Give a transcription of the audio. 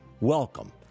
Welcome